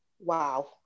wow